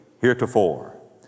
heretofore